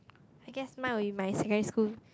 I guess mine would be my secondary school